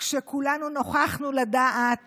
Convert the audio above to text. כשכולנו נוכחנו לדעת